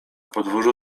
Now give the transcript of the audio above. podwórzu